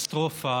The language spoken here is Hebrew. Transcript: קטסטרופה.